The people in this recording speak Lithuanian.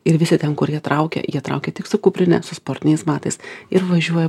ir visi ten kurie traukia jie traukia tik su kuprine su sportiniais batais ir važiuoja